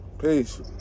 Peace